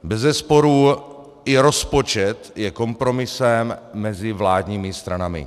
Bezesporu i rozpočet je kompromisem mezi vládními stranami.